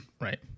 Right